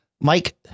Mike